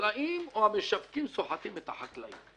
החקלאים או המשווקים סוחטים את החקלאים?